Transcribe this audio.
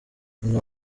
nyina